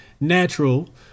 natural